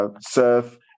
serve